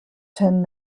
ten